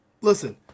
listen